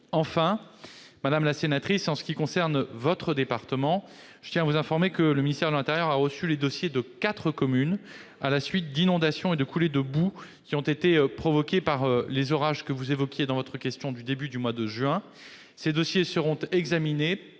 Enfin, madame la sénatrice, concernant votre département, je tiens à vous informer que le ministère de l'intérieur a reçu les dossiers de quatre communes, à la suite d'inondations et de coulées de boue qui ont été provoquées par les orages que vous évoquiez dans votre question du début du mois de juin. Ces dossiers seront examinés